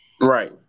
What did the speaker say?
Right